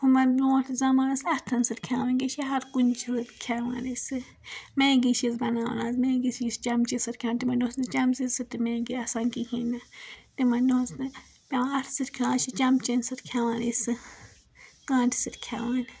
ہُمن برٛونٹھ زمانہٕ أسۍ اتھن سۭتۍ کھیٚوان ونکیٚنس چھِ ہر کُنہِ چھِ کھیٚوان أسۍ میگی چھِ أسی بناوان آز میگی چھِ أسۍ چَمچہِ سۭتۍ کھیٚوان تِمن دۄہن اوس نہِ چَمچہِ سۭتۍ تہِ میگی آسان کہیٖنۍ نہٕ تِمن دۄہن اسۍ نہِ پیٚوان اتھہٕ سۭتۍ کھیٚوان آز چھُ چَمچن سۭتۍ کھیٚوان أسۍ کٲنٹہٕ سۭتۍ کھیٚوان